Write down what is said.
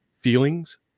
feelings